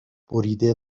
بریده